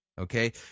okay